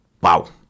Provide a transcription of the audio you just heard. Wow